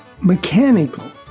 mechanical